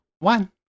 One